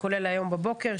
כולל היום בבוקר,